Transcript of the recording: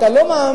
אתה לא מאמין,